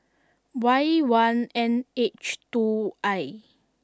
Y one N H two I